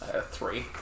three